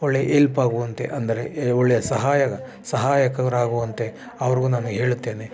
ಒಳ್ಳೆ ಎಲ್ಪ್ ಆಗುವಂತೆ ಅಂದರೆ ಒಳ್ಳೆಯ ಸಹಾಯ ಸಹಾಯಕರಾಗುವಂತೆ ಅವ್ರಿಗೂ ನಾನು ಹೇಳುತ್ತೇನೆ